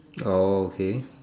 oh okay